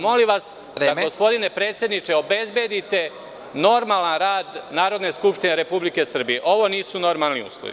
Molim vas, gospodine predsedniče, obezbedite normalan rad Narodne skupštine Republike Srbije, ovo nisu normalni uslovi.